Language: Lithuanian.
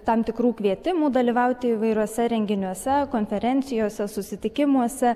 tam tikrų kvietimų dalyvauti įvairiuose renginiuose konferencijose susitikimuose